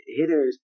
hitters